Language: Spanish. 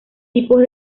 tipos